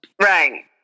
Right